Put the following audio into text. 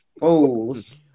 fools